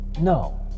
no